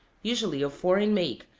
usually of foreign make,